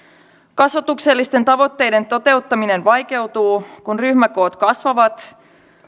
kasvatuksellisten tavoitteiden toteuttaminen vaikeutuu kun ryhmäkoot kasvavat